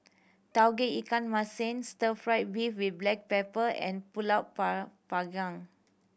Tauge Ikan Masin Stir Fry beef with black pepper and pulut panggang